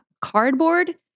cardboard